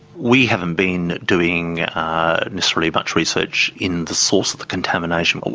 we haven't been doing necessarily much research in the source of the contamination. but